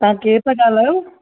तव्हां केर था ॻाल्हायो